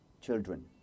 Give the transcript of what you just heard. children